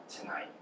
tonight